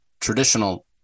traditional